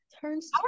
turns